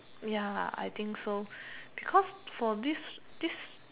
ya I think so because for this this